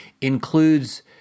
includes